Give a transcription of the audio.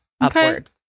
upward